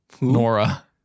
Nora